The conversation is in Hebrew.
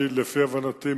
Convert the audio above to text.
לפי הבנתי,